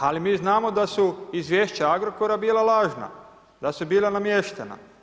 Ali mi znamo da su izvješća Agrokora bila lažna, da su bila namještena.